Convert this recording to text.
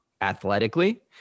athletically